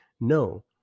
No